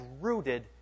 rooted